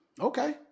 Okay